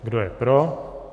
Kdo je pro?